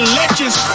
legends